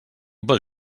pel